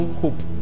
hope